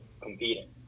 competing